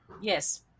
Yes